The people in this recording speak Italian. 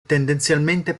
tendenzialmente